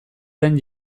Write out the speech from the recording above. den